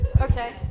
Okay